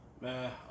man